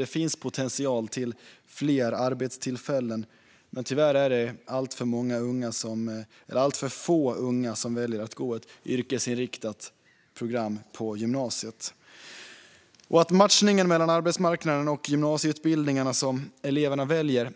Det finns potential för fler arbetstillfällen, men tyvärr väljer alltför få unga att gå ett yrkesinriktat program på gymnasiet. Matchningen mellan arbetsmarknaden och de gymnasieutbildningar som eleverna väljer